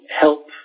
help